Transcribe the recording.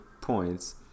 points